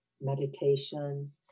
meditation